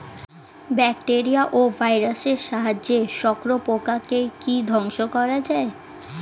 Bacteria ও ভাইরাসের সাহায্যে শত্রু পোকাকে কি ধ্বংস করা যায়?